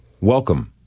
welcome